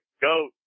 Goat